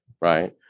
right